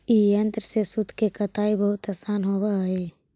ई यन्त्र से सूत के कताई बहुत आसान होवऽ हई